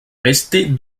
restée